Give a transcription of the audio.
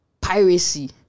piracy